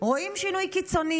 רואים שינוי קיצוני.